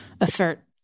assert